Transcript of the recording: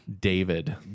David